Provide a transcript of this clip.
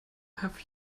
have